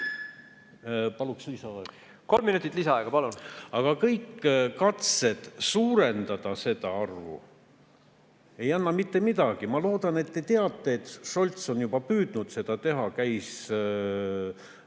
palun! Kolm minutit lisaaega, palun! ... katsed suurendada seda arvu ei anna mitte midagi. Ma loodan, et te teate, et Scholtz on juba püüdnud seda teha, käis